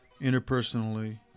Interpersonally